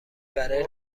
برای